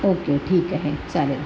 okay ठीक आहे चालेल